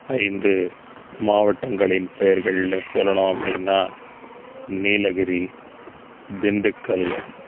ஐந்து மாவட்டங்களின் பெயர்கள்னு சொல்லனுன்னு அப்படின்னா நீலகிரி திண்டுக்கல்